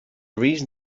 reason